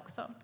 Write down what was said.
Skogsnäringen